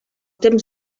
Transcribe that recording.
temps